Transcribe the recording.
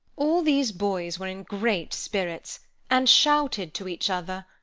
all these boys were in great spirits, and shouted to each other,